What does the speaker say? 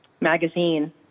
magazine